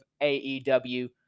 aew